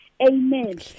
amen